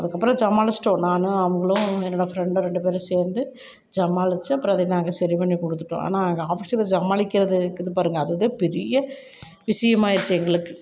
அதுக்கப்புறம் சமாளிச்சிவிட்டோம் நானும் அவங்களும் என்னோட ஃப்ரெண்டும் ரெண்டு பேரும் சேர்ந்து சமாளிச்சு அப்புறம் அதை நாங்கள் சரி பண்ணி கொடுத்துட்டோம் ஆனால் எங்கள் ஆஃபீஸில் சமாளிக்கிறது இருக்குது பாருங்கள் அது தான் பெரிய விஷயம் ஆயிடுச்சு எங்களுக்கு